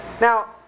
Now